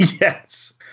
Yes